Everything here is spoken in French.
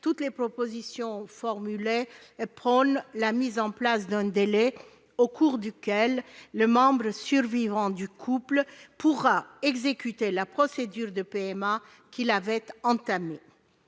toutes les propositions formulées s'articulent autour de la mise en place d'un délai au cours duquel le membre survivant du couple pourra exécuter la procédure de PMA qu'il avait entamée.